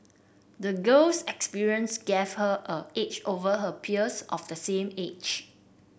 the girl's experience gave her an edge over her peers of the same age